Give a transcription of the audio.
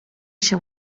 się